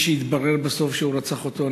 מי שיתברר בסוף שרצח אותו,